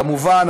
כמובן,